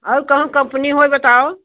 और कहूँ कंपनी में बताओ